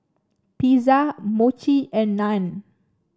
Pizza Mochi and Naan